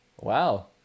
Wow